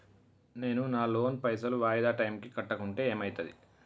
నేను నా లోన్ పైసల్ వాయిదా టైం కి కట్టకుంటే ఏమైతది?